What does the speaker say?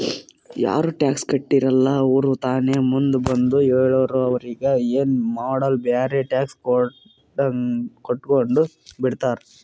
ಯಾರು ಟ್ಯಾಕ್ಸ್ ಕಟ್ಟಿರಲ್ಲ ಅವ್ರು ತಾನೇ ಮುಂದ್ ಬಂದು ಹೇಳುರ್ ಅವ್ರಿಗ ಎನ್ ಮಾಡಾಲ್ ಬರೆ ಟ್ಯಾಕ್ಸ್ ಕಟ್ಗೊಂಡು ಬಿಡ್ತಾರ್